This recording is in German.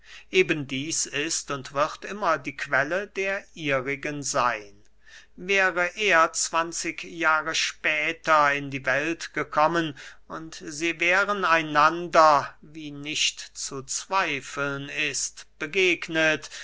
eben dieß ist und wird immer die quelle der ihrigen seyn wäre er zwanzig jahre später in die welt gekommen und sie wären einander wie nicht zu zweifeln ist begegnet